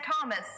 Thomas